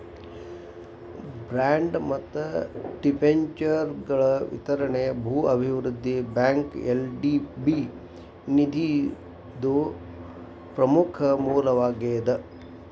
bond ಮತ್ತ ಡಿಬೆಂಚರ್ಗಳ ವಿತರಣಿ ಭೂ ಅಭಿವೃದ್ಧಿ ಬ್ಯಾಂಕ್ಗ ಎಲ್.ಡಿ.ಬಿ ನಿಧಿದು ಪ್ರಮುಖ ಮೂಲವಾಗೇದ